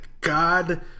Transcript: god